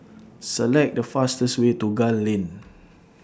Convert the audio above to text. Select The fastest Way to Gul Lane